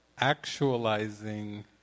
actualizing